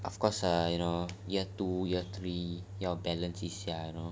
of course err you know you year two year three 要 balance 一下 you know